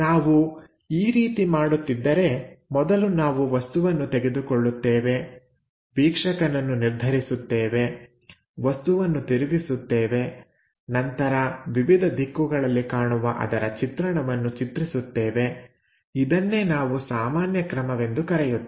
ನಾವು ಈ ರೀತಿ ಮಾಡುತ್ತಿದ್ದರೆ ಮೊದಲು ನಾವು ವಸ್ತುವನ್ನು ತೆಗೆದುಕೊಳ್ಳುತ್ತೇವೆ ವೀಕ್ಷಕನನ್ನು ನಿರ್ಧರಿಸುತ್ತೇವೆ ವಸ್ತುವನ್ನು ತಿರುಗಿಸುತ್ತೇವೆ ನಂತರ ವಿವಿಧ ದಿಕ್ಕುಗಳಲ್ಲಿ ಕಾಣುವ ಅದರ ಚಿತ್ರಣವನ್ನು ಚಿತ್ರಿಸುತ್ತೇವೆ ಇದನ್ನೇ ನಾವು ಸಾಮಾನ್ಯ ಕ್ರಮವೆಂದು ಕರೆಯುತ್ತೇವೆ